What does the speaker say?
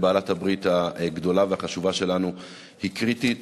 בעלת הברית הגדולה והחשובה שלנו היא קריטית,